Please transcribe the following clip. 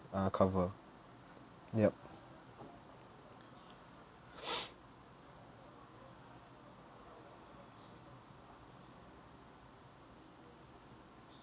uh cover yup